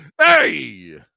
Hey